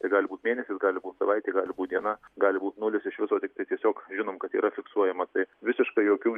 tai gali būt mėnesis gali būt savaitė gali būt diena gali būti nulis iš viso tiktai tiesiog žinom kad yra fiksuojama tai visiškai jokių